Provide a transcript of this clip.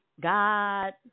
God